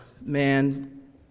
man